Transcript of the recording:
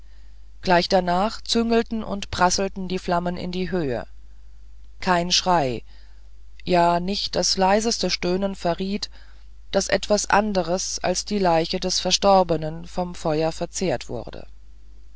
gleich danach züngelten und prasselten die flammen in die höhe kein schrei ja nicht das leiseste stöhnen verriet daß etwas anderes als die leiche des verstorbenen vom feuer verzehrt wurde